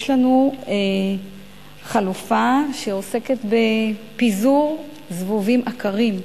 יש לנו חלופה שעוסקת בפיזור זבובים עקרים.